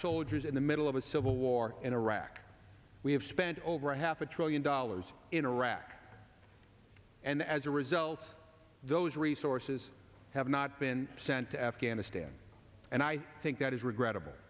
soldiers in the middle of a civil war in iraq we have spent over half a trillion dollars in irak and as a result those resources have not been sent to afghanistan and i think that is regrettable